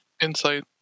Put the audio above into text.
insight